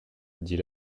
dit